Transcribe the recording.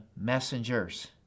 messengers